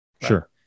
Sure